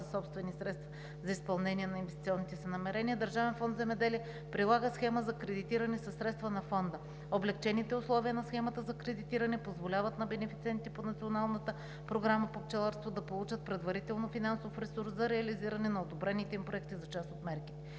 Държавен фонд „Земеделие“ прилага схема за кредитиране със средства на Фонда. Облекчените условия на схемата за кредитиране позволяват на бенефициентите по Националната програма по пчеларство да получат предварително финансов ресурс за реализиране на одобрените им проекти за част от мерките.